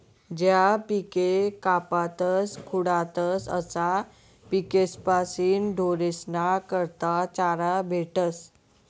ज्या पिके कापातस खुडातस अशा पिकेस्पाशीन ढोरेस्ना करता चारा भेटस